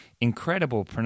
incredible